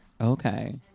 Okay